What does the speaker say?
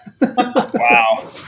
Wow